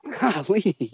golly